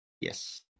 Yes